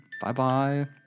Bye-bye